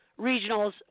regionals